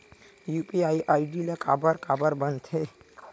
UPI ID काखर काखर बनथे?